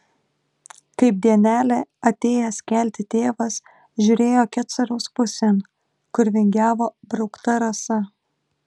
kaip dienelė atėjęs kelti tėvas žiūrėjo kecoriaus pusėn kur vingiavo braukta rasa